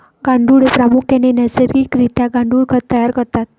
गांडुळे प्रामुख्याने नैसर्गिक रित्या गांडुळ खत तयार करतात